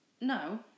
No